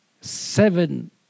seven